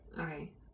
Okay